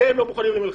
אתם לא מוכנים למלחמה,